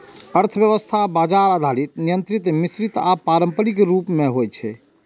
अर्थव्यवस्था बाजार आधारित, नियंत्रित, मिश्रित आ पारंपरिक रूप मे होइ छै